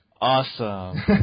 awesome